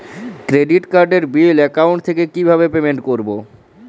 Credit কার্ডের bill account থেকে কিভাবে পেমেন্ট করবো?